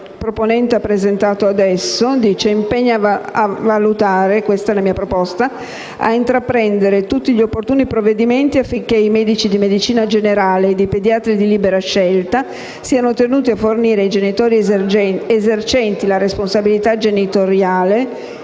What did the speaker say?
proponente, presentato adesso, dice: impegna - «a valutare l'opportunità di», questa è la mia proposta - a intraprendere tutti gli opportuni provvedimenti affinché i medici di medicina generale e i pediatri di libera scelta siano tenuti a fornire ai genitori esercenti la responsabilità genitoriale